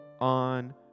on